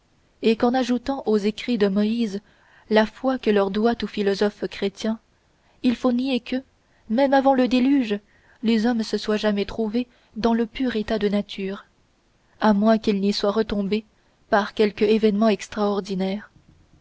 et qu'en ajoutant aux écrits de moïse la foi que leur doit tout philosophe chrétien il faut nier que même avant le déluge les hommes se soient jamais trouvés dans le pur état de nature à moins qu'ils n'y soient retombés par quelque événement extraordinaire